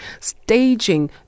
staging